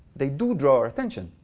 they do draw attention.